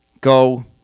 Go